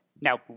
Now